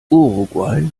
uruguay